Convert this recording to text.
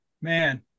man